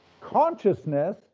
Consciousness